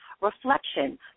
Reflection